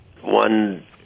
one